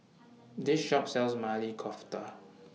This Shop sells Maili Kofta